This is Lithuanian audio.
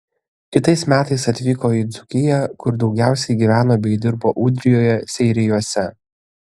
kitais metais atvyko į dzūkiją kur daugiausiai gyveno bei dirbo ūdrijoje seirijuose